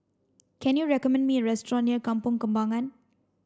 can you recommend me a restaurant near Kampong Kembangan